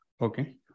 Okay